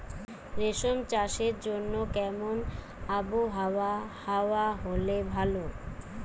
রেশম চাষের জন্য কেমন আবহাওয়া হাওয়া হলে ভালো?